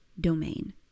domain